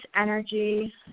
energy